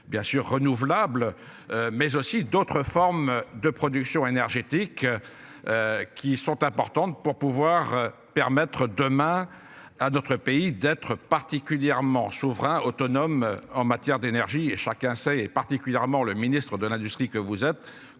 Bien sûr, renouvelable. Mais aussi d'autres formes de production énergétique. Qui sont importantes pour pouvoir permettre demain à d'autres pays d'être particulièrement souverain autonomes en matière d'énergie et chacun sait et particulièrement le ministre de l'Industrie que vous êtes